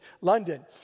London